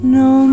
no